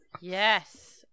Yes